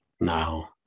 now